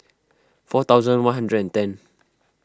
four thousand one hundred and ten